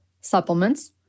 supplements